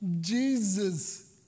Jesus